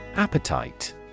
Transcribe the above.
Appetite